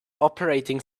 operating